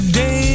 day